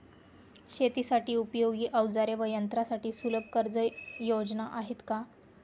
शेतीसाठी उपयोगी औजारे व यंत्रासाठी सुलभ कर्जयोजना आहेत का?